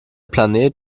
planet